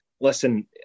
listen